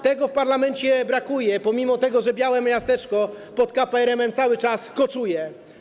Tego w parlamencie brakuje, pomimo że białe miasteczko pod KPRM-em cały czas koczuje.